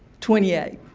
twenty eight.